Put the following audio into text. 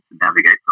navigate